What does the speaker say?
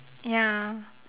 ya